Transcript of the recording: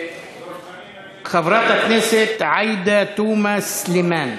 חברת הכנסת עאידה תומא סלימאן.